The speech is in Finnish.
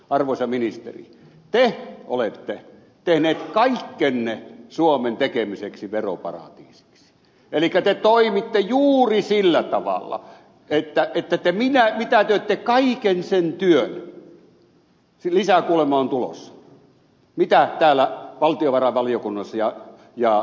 arvoisa ministeri te olette tehnyt kaikkenne suomen tekemiseksi veroparatiisiksi elikkä te toimitte juuri sillä tavalla että te mitätöitte kaiken sen työn lisää kuulemma on tulossa mitä täällä valtiovarainvaliokunnassa ja valiokunnissa tehdään